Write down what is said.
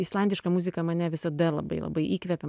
islandiška muzika mane visada labai labai įkvepia